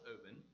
open